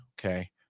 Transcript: okay